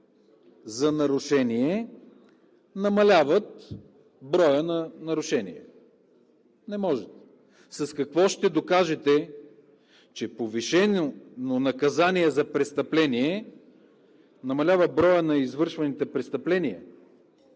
за нарушение намаляват броя на нарушенията? Не можете! С какво ще докажете, че повишено наказание за престъпление намалява броя на извършваните престъпления?